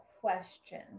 question